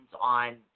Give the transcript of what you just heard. on